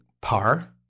par